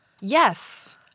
Yes